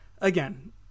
again